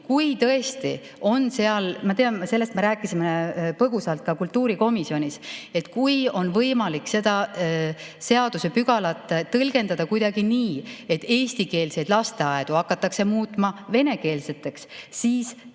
lasteaias. Ma tean, sellest me rääkisime põgusalt ka kultuurikomisjonis, et kui on võimalik seda seadusepügalat tõlgendada kuidagi nii, et eestikeelseid lasteaedu hakatakse muutma venekeelseteks, siis teeme